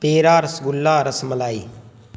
پیڑا rasgulla ras malai